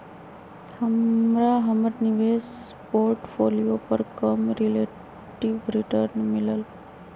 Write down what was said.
हमरा हमर निवेश पोर्टफोलियो पर कम रिलेटिव रिटर्न मिलल